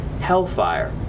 Hellfire